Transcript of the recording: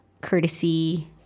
courtesy